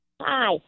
Hi